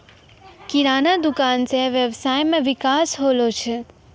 किराना दुकान से वेवसाय मे विकास होलो छै